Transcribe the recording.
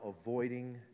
avoiding